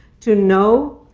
to know,